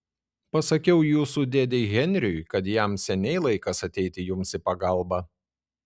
pasakiau jūsų dėdei henriui kad jam seniai laikas ateiti jums į pagalbą